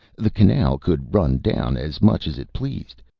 the canal could run down as much as it pleased,